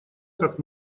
как